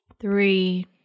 three